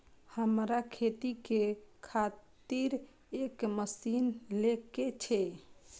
हमरा खेती के खातिर एक मशीन ले के छे?